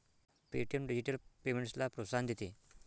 Paytm digital पेमेंट्सला प्रोत्साहन देते